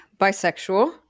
bisexual